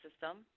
system